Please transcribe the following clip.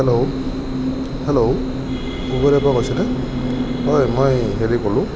hello hello উবেৰৰ পৰা কৈছিলে হয় মই হেৰি ক'লো